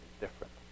different